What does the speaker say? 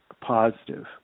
positive